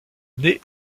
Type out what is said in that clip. naît